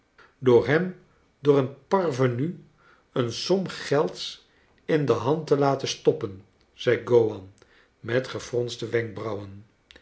door hem door een parvenu een som gelds in de hand te laten stoppen zei g owan met gefronste wenkbrauwen